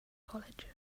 college